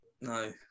No